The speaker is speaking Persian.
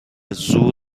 زور